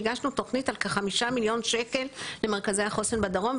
הגשנו תוכנית על כ-5 מיליון שקלים למרכזי החוסן בדרום.